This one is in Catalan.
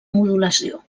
modulació